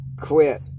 quit